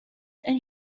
and